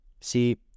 See